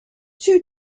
two